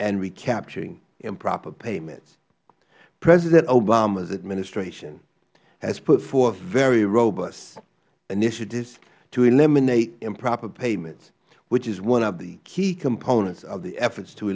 and recapturing improper payments president obama's administration has put forth very robust initiatives to eliminate improper payments which is one of the key components of the efforts to